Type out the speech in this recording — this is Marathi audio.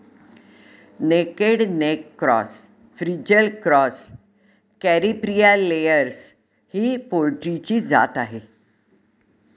naked neck cross, frizzle cross, Caripriya layers ही पोल्ट्रीची जात आहे